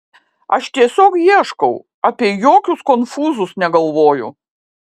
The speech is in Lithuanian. aš tiesiog ieškau apie jokius konfūzus negalvoju